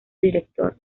director